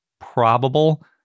probable